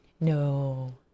No